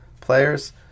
players